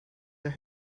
the